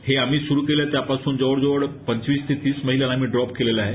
हे आम्ही स्रू केल्यापासून जवळजवळ पंचवीस ते तीस महिलांना आम्ही ड्रॉप केलेला आहे